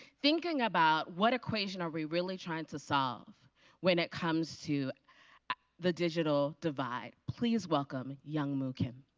thinking about what equation are we really trying to solve when it comes to the digital divide? please welcome youngmoo kim.